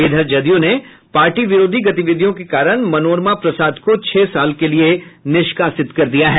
इधर जदयू ने पार्टी विरोधी गतिविधियों के कारण मनोरमा प्रसाद को छह सालों के लिये निष्कासित कर दिया है